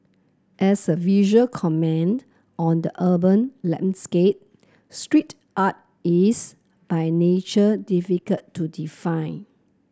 as a visual comment on the urban landscape street art is by nature difficult to define